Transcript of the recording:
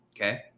Okay